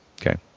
okay